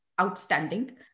outstanding